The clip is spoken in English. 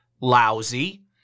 Lousy